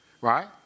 Right